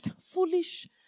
foolish